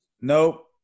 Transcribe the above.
Nope